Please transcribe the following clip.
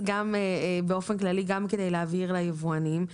באופן כללי גם כדי להבהיר ליבואנים,